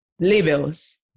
labels